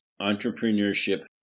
entrepreneurship